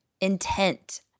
intent